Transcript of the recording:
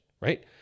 right